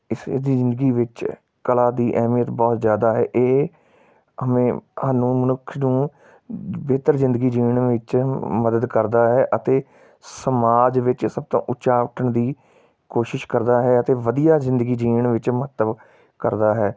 ਇਸਦੀ ਜ਼ਿੰਦਗੀ ਵਿੱਚ ਕਲਾ ਦੀ ਅਹਿਮੀਅਤ ਬਹੁਤ ਜ਼ਿਆਦਾ ਹੈ ਇਹ ਹਮੇ ਸਾਨੂੰ ਮਨੁੱਖ ਨੂੰ ਬਿਹਤਰ ਜ਼ਿੰਦਗੀ ਜੀਣ ਵਿੱਚ ਮਦਦ ਕਰਦਾ ਹੈ ਅਤੇ ਸਮਾਜ ਵਿੱਚ ਸਭ ਤੋਂ ਉੱਚਾ ਉੱਠਣ ਦੀ ਕੋਸ਼ਿਸ਼ ਕਰਦਾ ਹੈ ਅਤੇ ਵਧੀਆ ਜ਼ਿੰਦਗੀ ਜੀਣ ਵਿੱਚ ਮਹੱਤਵ ਕਰਦਾ ਹੈ